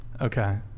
Okay